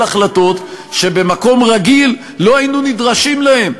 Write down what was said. החלטות שבמקום רגיל לא היינו נדרשים להם,